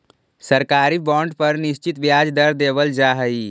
सरकारी बॉन्ड पर निश्चित ब्याज दर देवल जा हइ